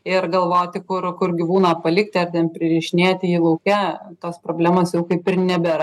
ir galvoti kur kur gyvūną palikti ar ten pririšinėti jį lauke tos problemos kaip ir nebėra